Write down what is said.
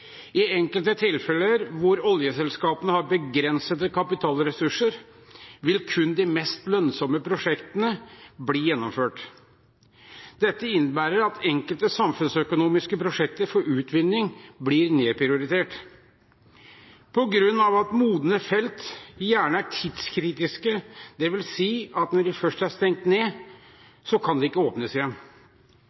I enkelte tilfeller hvor oljeselskapene har begrensede kapitalressurser, vil kun de mest lønnsomme prosjektene bli gjennomført. Dette innebærer at enkelte samfunnsøkonomiske prosjekter for utvinning blir nedprioritert. På grunn av at modne felt gjerne er tidskritiske, dvs. at når de først er stengt ned, kan de ikke åpnes igjen,